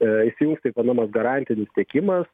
e įsijungs taip vadinamas garantinis tiekimas